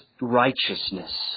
righteousness